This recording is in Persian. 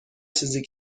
چیزی